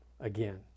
again